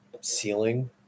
ceiling